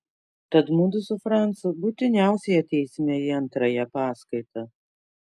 tad mudu su francu būtiniausiai ateisime į antrąją paskaitą